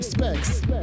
Specs